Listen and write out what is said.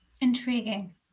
Intriguing